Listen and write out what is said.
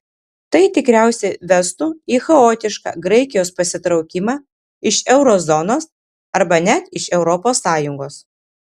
tai tikriausiai vestų į chaotišką graikijos pasitraukimą iš euro zonos arba net iš europos sąjungos